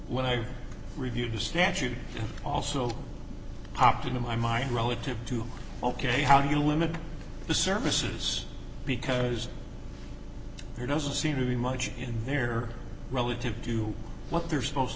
when i reviewed the statute also popped into my mind relative to ok how do you limit the services because there doesn't seem to be much in here relative to what they're supposed